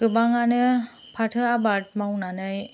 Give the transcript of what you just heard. गोबांआनो फाथो आबाद मावनानै